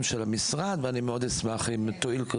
של המשרד ואני מאוד אשמח אם תועיל.